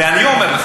ואני אומר לך,